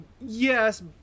Yes